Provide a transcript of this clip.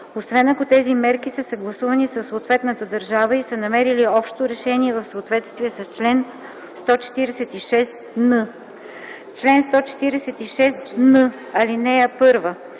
освен ако тези мерки са съгласувани със съответната държава и са намерили общо решение в съответствие с чл. 146н. Чл. 146н. (1) За